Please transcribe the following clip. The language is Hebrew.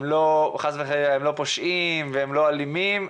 הם לא פושעים ולא אלימים,